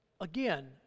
again